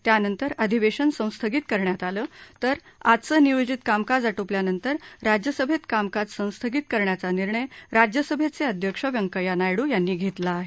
त्यानंतर अधिवेशन संस्थगित करण्यात आलं तर आजचं नियोजित कामकाज आटोपल्यानंतर राज्यसभेत कामकाज संस्थगित करण्याचा निर्णय राज्यसभेचे अध्यक्ष व्यंकय्या नायड् यांनी घेतला आहे